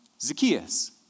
Zacchaeus